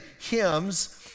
hymns